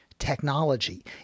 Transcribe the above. technology